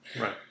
right